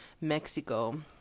mexico